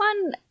one